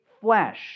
flesh